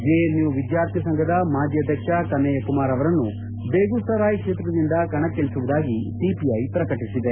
JNU ವಿದ್ಯಾರ್ಥಿ ಸಂಘದ ಮಾಜಿ ಅಧ್ಯಕ್ಷ ಕನ್ನಯ್ಕ ಕುಮಾರ್ ಅವರನ್ನು ಬೆಗುಸರಾಯ್ ಕ್ಷೇತ್ರದಿಂದ ಕಣಕ್ಕಿಳಿಸುವುದಾಗಿ ಸಿಪಿಐ ಪ್ರಕಟಿಸಿದೆ